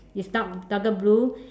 is dark darker blue